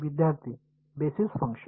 विद्यार्थीः basis function